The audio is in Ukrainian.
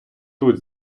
тут